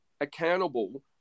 accountable